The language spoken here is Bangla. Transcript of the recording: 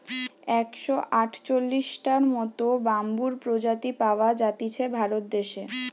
একশ আটচল্লিশটার মত বাম্বুর প্রজাতি পাওয়া জাতিছে ভারত দেশে